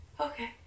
okay